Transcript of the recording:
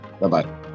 bye-bye